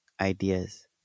ideas